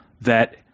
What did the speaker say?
that-